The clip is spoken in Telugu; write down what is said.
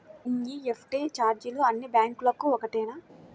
ఎన్.ఈ.ఎఫ్.టీ ఛార్జీలు అన్నీ బ్యాంక్లకూ ఒకటేనా?